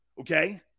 okay